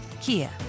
Kia